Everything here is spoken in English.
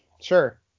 sure